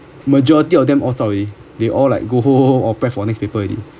majority of them all zao already they all like go home or prep for next paper already